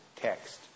text